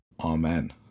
Amen